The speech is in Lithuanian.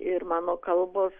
ir mano kalbos